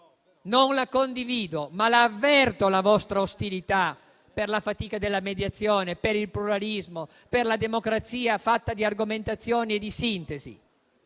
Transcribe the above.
non la condivido, e la avverto la vostra ostilità per la fatica della mediazione, per il pluralismo e per la democrazia fatta di argomentazioni e di sintesi.